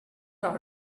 are